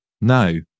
No